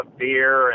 beer